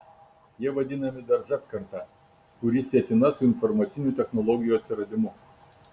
jie vadinami dar z karta kuri sietina su informacinių technologijų atsiradimu